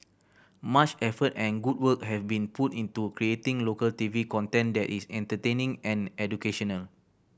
much effort and good work have been put into creating local T V content that is entertaining and educational